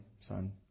son